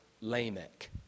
Lamech